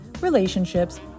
relationships